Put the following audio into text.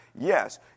Yes